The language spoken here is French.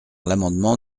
l’amendement